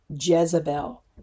Jezebel